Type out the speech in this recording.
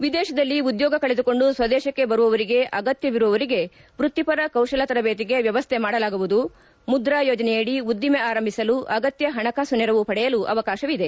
ವಿದೇಶದಲ್ಲಿ ಉದ್ಕೋಗ ಕಳೆದುಕೊಂಡು ಸ್ವದೇಶಕ್ಕೆ ಬರುವವರಿಗೆ ಅಗತ್ಯವಿರುವವರಿಗೆ ವ್ಯಕ್ತಿಪರ ಕೌಶಲ ತರದೇತಿಗೆ ವ್ಯವಸ್ಥೆ ಮಾಡಲಾಗುವುದು ಮುಧಾ ಯೋಜನೆಯಡಿ ಉದ್ದಿಮೆ ಆರಂಭಿಸಲು ಆಗತ್ಯ ಪಣಕಾಸು ನೆರವು ಪಡೆಯಲು ಅವಕಾಶವಿದೆ